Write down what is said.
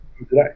today